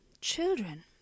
children